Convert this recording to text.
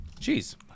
Jeez